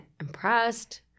impressed